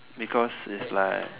because it's like